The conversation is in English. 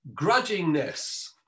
grudgingness